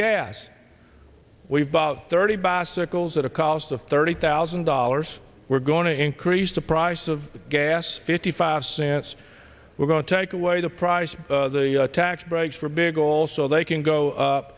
gas we've bought thirty bicycles at a cost of thirty thousand dollars we're going to increase the price of gas fifty five cents we're going to take away the price the tax breaks for big also they can go up